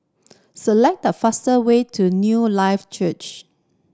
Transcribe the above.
select the fastest way to Newlife Church